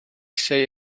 say